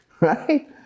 right